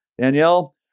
Danielle